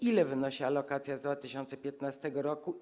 Ile wynosi alokacja z 2015 r.